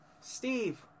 Steve